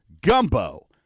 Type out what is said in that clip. gumbo